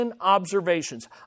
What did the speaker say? observations